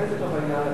תיכנס לתוך העניין,